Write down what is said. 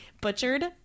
butchered